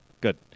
good